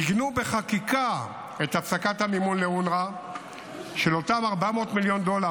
עיגנו בחקיקה את הפסקת המימון לאונר"א של אותם 400 מיליון דולר.